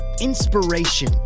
inspiration